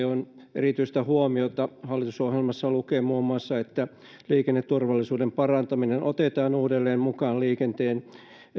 erityistä huomiota hallitusohjelmassa lukee muun muassa liikenneturvallisuuden parantaminen otetaan uudelleen mukaan liikenteen